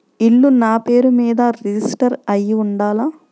ఇల్లు నాపేరు మీదే రిజిస్టర్ అయ్యి ఉండాల?